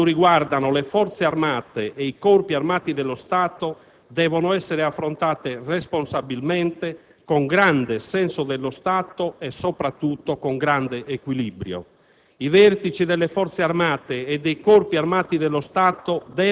Eppure questioni di tale delicatezza, soprattutto quando riguardano le Forze armate e i Corpi armati dello Stato, devono essere affrontate responsabilmente, con grande senso dello Stato e soprattutto con grande equilibrio.